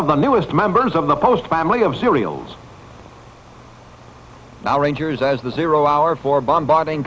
of the newest members in the post family of serials now rangers as the zero hour for bombarding